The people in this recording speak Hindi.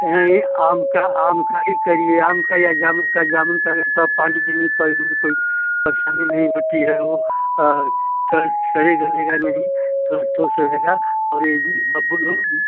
यहीं आम का आम का ही करिए आम का या जामुन का जामुन का रहे थोड़ा पानी पीनी पड़े ओड़े कोई परेशानी नहीँ होती है वह थोड़ा सड़े गलेगा नहीं थोड़ा ठोस रहेगा और यह बबूल